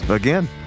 again